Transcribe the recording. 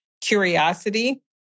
curiosity